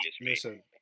Listen